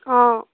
অঁ